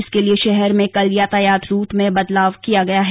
इसके लिए शहर में कल यातायात रूट में बदलाव किया गया है